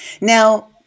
Now